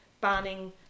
banning